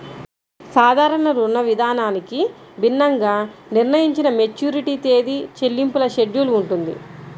సాధారణ రుణవిధానానికి భిన్నంగా నిర్ణయించిన మెచ్యూరిటీ తేదీ, చెల్లింపుల షెడ్యూల్ ఉంటుంది